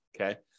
Okay